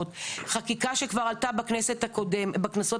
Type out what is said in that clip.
שאני כמובן אשמח להשתתף גם בדיונים הבאים שיתקיימו בנושא